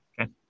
Okay